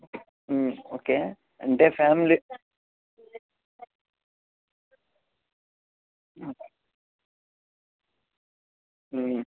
okay అంటే family